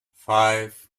five